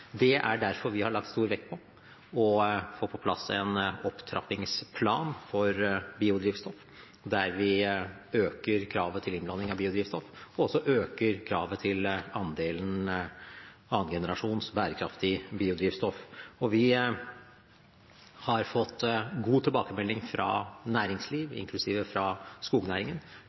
Det er derfor vi har lagt stor vekt på å få på plass en opptrappingsplan for biodrivstoff, der vi øker kravet til innblanding av biodrivstoff og også øker kravet til andelen annen generasjons bærekraftig biodrivstoff. Vi har fått god tilbakemelding fra næringslivet, inklusiv skognæringen,